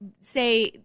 say